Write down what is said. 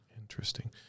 Interesting